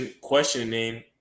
questioning